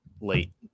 late